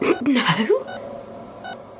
No